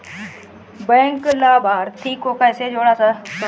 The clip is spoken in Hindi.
बैंक लाभार्थी को कैसे जोड़ा जा सकता है?